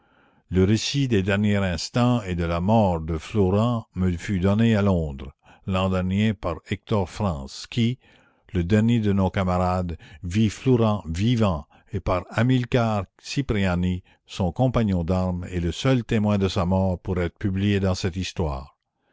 le récit des derniers instants et de la mort de flourens me fut donné à londres l'an dernier par hector france qui le dernier de nos camarades vit flourens vivant et par amilcare cipriani son compagnon d'armes et le seul témoin de sa mort pour être publié dans cette histoire